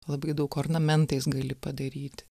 labai daug ornamentais gali padaryti